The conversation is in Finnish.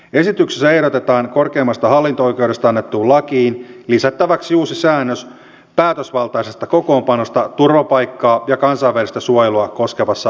esityksessä ehdotetaan korkeimmasta hallinto oikeudesta annettuun lakiin lisättäväksi uusi säännös päätösvaltaisesta kokoonpanosta turvapaikkaa ja kansainvälistä suojelua koskevassa valituslupa asiassa